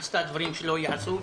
עשתה דברים שלא ייעשו.